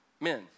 Men